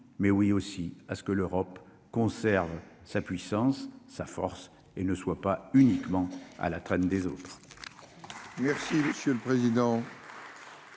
mais oui aussi à ce que l'Europe conserve sa puissance, sa force et ne soit pas uniquement à la traîne des autres.